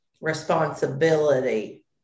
responsibility